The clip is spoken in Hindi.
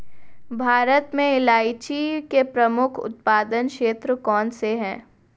भारत में इलायची के प्रमुख उत्पादक क्षेत्र कौन से हैं?